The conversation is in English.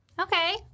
Okay